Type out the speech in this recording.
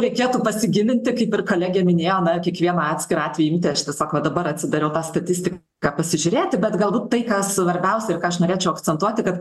reikėtų pasigilinti kaip ir kolegė minėjo na ir kiekvieną atskirą atvejį imti aš tiesiog va dabar atsidariau tą statistiką pasižiūrėti bet galbūt tai kas svarbiausia ką aš norėčiau akcentuoti kad